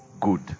good